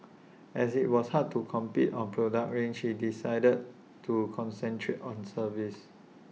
as IT was hard to compete on product range he decided to concentrate on service